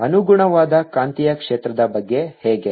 ಅನುಗುಣವಾದ ಕಾಂತೀಯ ಕ್ಷೇತ್ರದ ಬಗ್ಗೆ ಹೇಗೆ